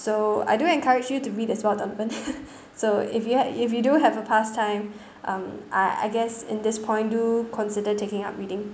so I do encourage you to read as well donovan so if you ha~ if you do have a past time um I I guess in this point do consider taking up reading